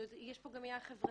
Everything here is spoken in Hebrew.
יש פה גם עניין חברתי,